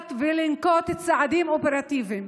לנקוט צעדים אופרטיביים.